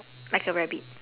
like a rabbit